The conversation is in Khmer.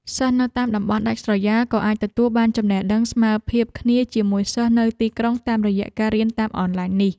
សិស្សនៅតាមតំបន់ដាច់ស្រយាលក៏អាចទទួលបានចំណេះដឹងស្មើភាពគ្នាជាមួយសិស្សនៅទីក្រុងតាមរយៈការរៀនតាមអនឡាញនេះ។